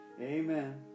Amen